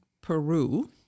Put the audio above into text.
Peru